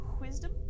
wisdom